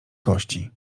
kości